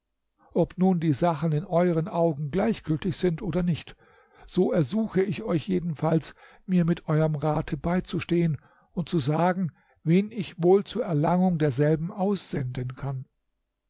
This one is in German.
ob nun die sachen in euren augen gleichgültig sind oder nicht so ersuche ich euch jedenfalls mir mit euerm rate beizustehen und zu sagen wen ich wohl zur erlangung derselben aussenden kann